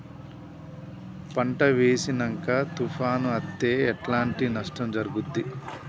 పంట వేసినంక తుఫాను అత్తే ఎట్లాంటి నష్టం జరుగుద్ది?